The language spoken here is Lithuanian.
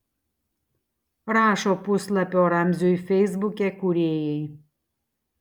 rašo puslapio ramziui feisbuke kūrėjai